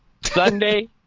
Sunday